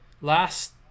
Last